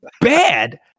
bad